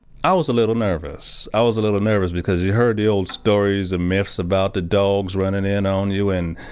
i was a little nervous. i was a little nervous because you heard the old stories and myths about the dogs running in on you and